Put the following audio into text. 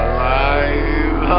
Alive